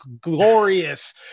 glorious